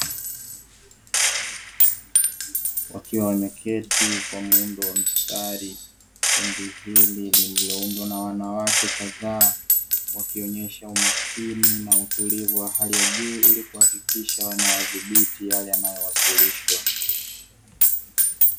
Wakiwa wameketi kwa muundo wa mstari, kundi hili lililo undwa na wanawake kadhaa wakionyesha umakini na utulivu wa hali ya juu ili kuhakikisha wanayadhibiti yale yanayowasilishwa.